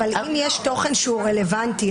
עמדת משרד המשפטים.